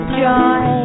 joy